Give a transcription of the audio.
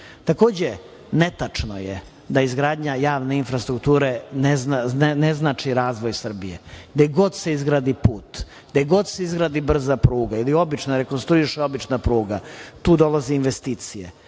dostići. Takođe, netačno je da izgradnja javne infrastrukture ne znači razvoj Srbije, gde god se izgradi put, gde god se izgradi brza pruga ili obična, rekonstruiše obična pruga, tu dolaze investicije.